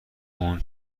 اون